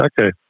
Okay